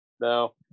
No